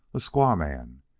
a squaw-man,